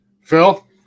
Phil